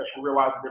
Realize